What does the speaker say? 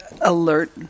alert